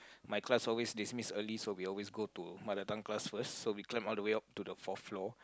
my class always dismiss early so we always go to mother tongue class first so we climb all the way up to the fourth floor